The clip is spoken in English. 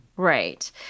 Right